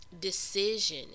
decision